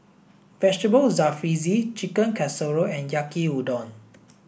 Vegetable Jalfrezi Chicken Casserole and Yaki udon